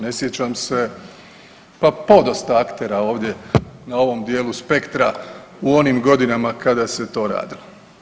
Ne sjećam se pa podosta aktera ovdje na ovom dijelu spektra u onom godinama kada se to radilo.